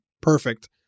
perfect